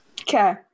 Okay